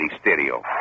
stereo